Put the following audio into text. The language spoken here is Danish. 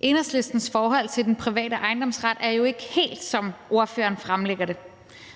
Enhedslistens forhold til den private ejendomsret er jo ikke helt, som ordføreren fremlægger det.